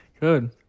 Good